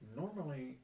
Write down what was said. normally